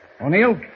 O'Neill